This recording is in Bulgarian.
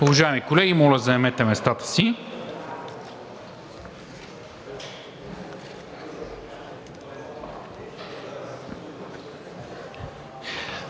Уважаеми колеги, моля, заемете местата си.